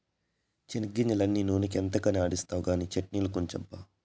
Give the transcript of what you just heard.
చెనిగ్గింజలన్నీ నూనె ఎంతకని ఆడిస్తావు కానీ చట్ట్నిలకుంచబ్బా